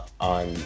on